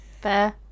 Fair